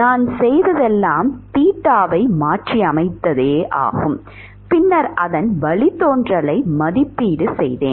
நான் செய்ததெல்லாம் தீட்டாவை மாற்றியமைத்து பின்னர் அதன் வழித்தோன்றல்களை மதிப்பீடு செய்தேன்